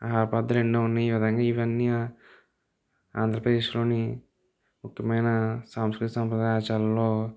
ఆహార పదార్ధాలు ఎన్నో ఉన్నాయి ఎఎ విధంగా ఇవన్నీ ఆంధ్రప్రదేశ్లోని ముఖ్యమైన సాంస్కృతిక సాంప్రదాయ ఆచారాలలో